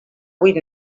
huit